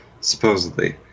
supposedly